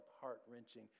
heart-wrenching